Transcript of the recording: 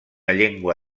llengua